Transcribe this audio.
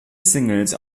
singles